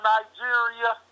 Nigeria